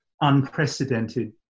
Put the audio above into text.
unprecedented